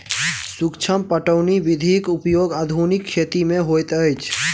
सूक्ष्म पटौनी विधिक उपयोग आधुनिक खेती मे होइत अछि